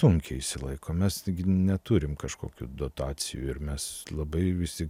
sunkiai išsilaiko mes neturim kažkokių dotacijų ir mes labai visi